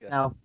Now